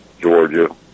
Georgia